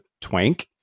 twank